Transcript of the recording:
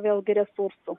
vėlgi resursų